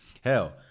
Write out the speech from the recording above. Hell